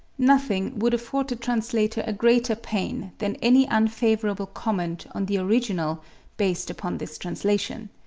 nothing would afford the translator a greater pain than any unfavorable comment on the original based upon this translation.